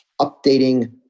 updating